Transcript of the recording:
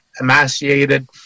emaciated